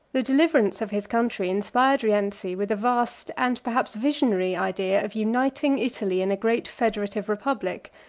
the deliverance of his country inspired rienzi with a vast, and perhaps visionary, idea of uniting italy in a great federative republic,